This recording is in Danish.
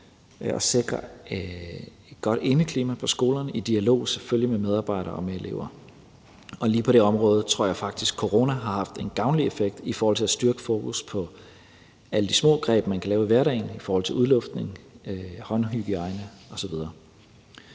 og sikre et godt indeklima på skolerne, selvfølgelig i dialog med medarbejdere og med elever. Lige på det område tror jeg faktisk at corona har haft en gavnlig effekt i forhold til at styrke fokus på alle de små greb, man kan lave i hverdagen i forhold til udluftning, håndhygiejne osv.